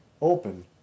open